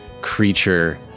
creature